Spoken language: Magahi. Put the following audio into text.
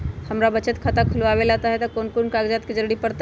हमरा बचत खाता खुलावेला है त ए में कौन कौन कागजात के जरूरी परतई?